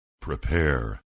prepare